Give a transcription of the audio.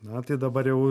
na tai dabar jau